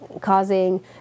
causing